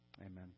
Amen